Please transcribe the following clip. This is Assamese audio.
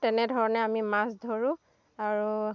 তেনেধৰণে আমি মাছ ধৰোঁ আৰু